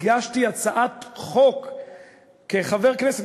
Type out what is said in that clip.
הגשתי הצעת חוק כחבר כנסת,